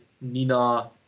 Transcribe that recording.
Nina